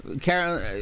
Carol